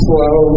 Slow